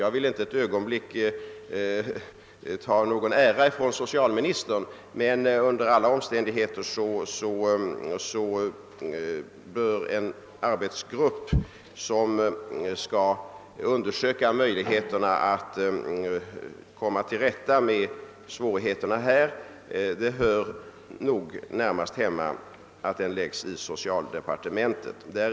Jag vill inte för ett ögonblick frånta socialministern äran men under alla omständigheter bör en arbetsgrupp, som skall undersöka möj ligheterna att komma till rätta med svårigheterna, nog läggas inom socialdepartementet.